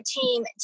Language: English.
team